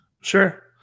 Sure